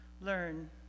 learn